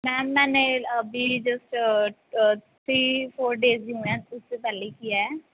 ma'am ਮੈਨੇ ਅਭੀ just three four days ਹੀ ਹੁਏ ਹੈਂ ਉਸਸੇ ਪਹਿਲੇ ਹੀ ਕਿਏ ਹੈ